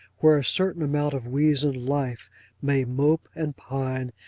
where a certain amount of weazen life may mope, and pine,